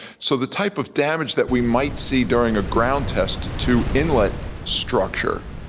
so the type of damage that we might see during a ground test to inlet structure.